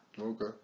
Okay